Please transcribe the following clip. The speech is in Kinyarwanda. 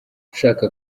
ushaka